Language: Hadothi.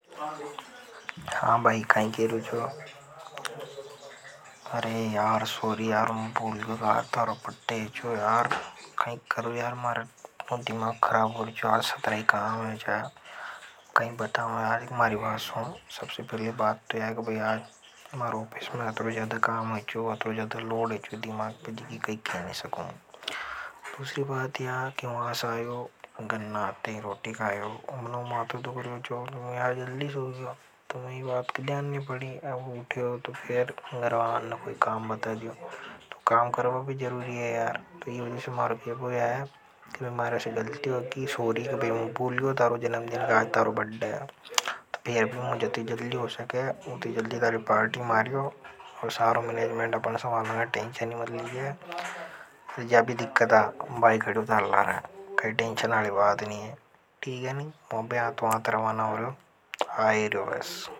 हा भाई कई खे रि छो अरे यार सारी यार मु भूल गयो की आज थारो बर्थ डे हीचों यार कई करूं यार मारे नव दीमक खराब हो रियो चो। दूसरी बात या है वहा से आयो गन्न आते ही रोटी कायो अब नव माथों दुःख रियो छो तो आज जल्दी सो गयो। तो फिर रवान कोई काम बता दीओ काम करवा भी जरूरी है यार तो यह वजह से मारों को यहां इस बारे से गलती।